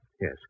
Yes